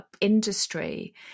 industry